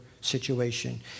situation